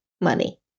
money